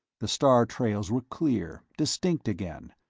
the star-trails were clear, distinct again,